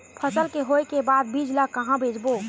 फसल के होय के बाद बीज ला कहां बेचबो?